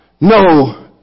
no